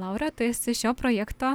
laura tu esi šio projekto